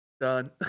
Done